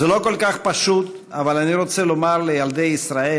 זה לא כל כך פשוט, אבל אני רוצה לומר לילדי ישראל